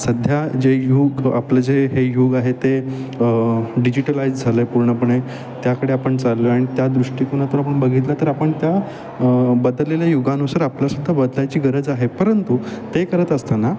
सध्या जे युग आपलं जे हे युग आहे ते डिजिटलाइज झालं आहे पूर्णपणे त्याकडे आपण चाललो आहे आणि त्या दृष्टिकोनातून आपण बघितलं तर आपण त्या बदललेल्या युगानुसार आपल्याला सुद्धा बदलायची गरज आहे परंतु ते करत असताना